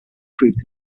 proved